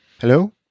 Hello